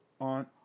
on